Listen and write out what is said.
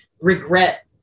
regret